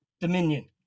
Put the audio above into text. dominion